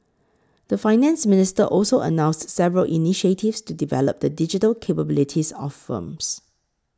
the Finance Minister also announced several initiatives to develop the digital capabilities of firms